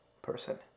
person